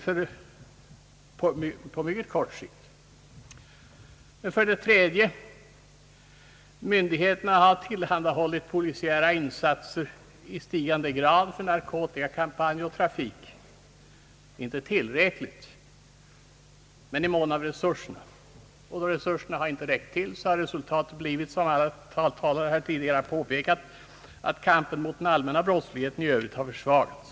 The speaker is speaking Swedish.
För det tredje: myndigheterna har tillhandahållit polisiära insatser i stigande grad för narkotikakampen och trafiken; inte tillräckligt, men i mån av resurser. Och då resurserna inte räckt till för allt har resultatet blivit, som talare tidigare påpekat, att kampen mot den övriga brottsligheten försvagats.